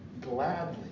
gladly